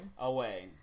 Away